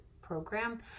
program